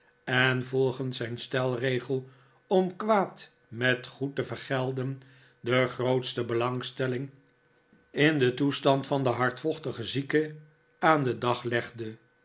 en volgens zijn stelregel om kwaad met goed te vergelden de grootste belangstelling in den toestand van den hardvochtigen zieke aan den dag legde